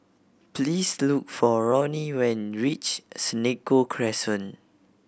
please look for Roni when reach Senoko Crescent